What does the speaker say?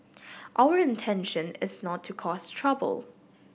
our intention is not to cause trouble